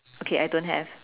okay I don't have